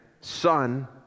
Son